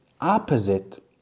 opposite